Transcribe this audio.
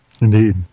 Indeed